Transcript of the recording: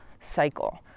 cycle